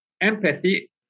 Empathy